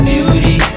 Beauty